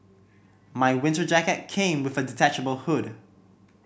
my winter jacket came with a detachable hood